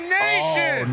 nation